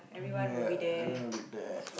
ya I ran a bit there